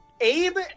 Abe